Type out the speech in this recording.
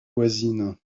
voisines